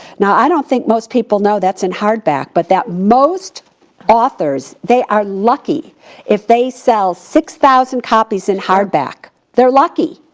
now i don't think most people know that's in hardback but that most authors, they are lucky if they sell six thousand copies in hardback. they're lucky.